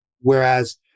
Whereas